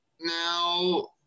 now